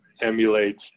emulates